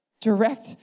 direct